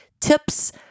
tips